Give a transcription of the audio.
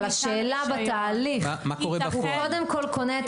אבל השאלה בתהליך אם הוא קודם כל קונה את